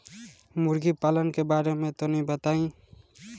मुर्गी पालन के बारे में तनी बताई?